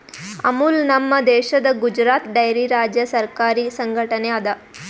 ಅಮುಲ್ ನಮ್ ದೇಶದ್ ಗುಜರಾತ್ ಡೈರಿ ರಾಜ್ಯ ಸರಕಾರಿ ಸಂಘಟನೆ ಅದಾ